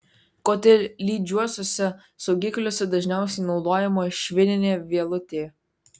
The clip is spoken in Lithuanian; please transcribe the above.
kodėl lydžiuosiuose saugikliuose dažniausiai naudojama švininė vielutė